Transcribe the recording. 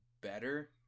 better